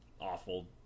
awful